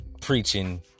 preaching